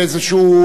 כשר הפנים,